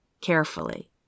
carefully